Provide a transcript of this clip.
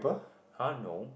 !huh! no